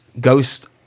ghost